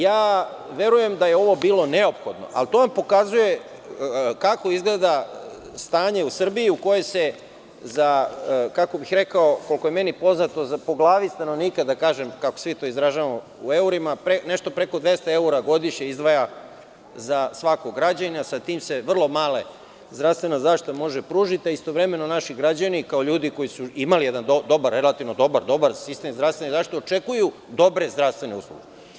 Ja verujem da je ovo bilo neophodno ali to vam pokazuje kako izgleda stanje u Srbiji u kojoj se za, kako bih rekao, koliko je meni poznato po glavi stanovnika da kažem, kako svi to izražavamo u evrima, nešto preko 200 evra godišnje izdvaja za svakog građanina, sa tim se vrlo mala zdravstvena može pružiti, a istovremeno naši građani kao ljudi koji su imali jedan relativno dobar sistem zdravstvene zaštite, očekuju dobre zdravstvene usluge.